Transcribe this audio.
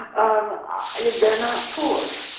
um ah yeah they're not poor.